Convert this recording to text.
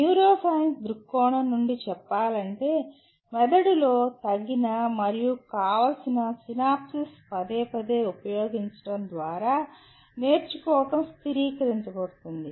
neuroscience దృక్కోణం నుండి చెప్పాలంటే మెదడులో తగిన మరియు కావాల్సిన సినాప్సెస్ పదేపదే ఉపయోగించడం ద్వారా నేర్చుకోవడం స్థిరీకరించబడుతుంది